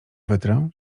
wytrę